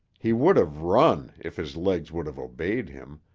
he would have run if his legs would have obeyed him,